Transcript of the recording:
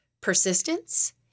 persistence